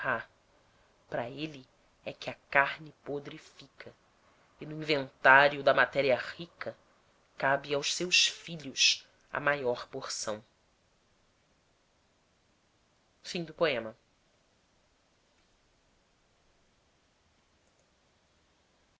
para ele é que a carne podre fica e no inventário da matéria rica cabe aos seus filhos a maior porção no